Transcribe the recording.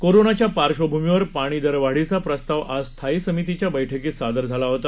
कोरोनाच्या पार्श्वभूमीवर पाणी दरवाढीचा प्रस्ताव आज स्थायी समितीच्या बैठकीत सादर झाला होता